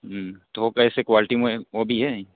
ہوں تو وہ کیسے کوالٹی وہ بھی ہے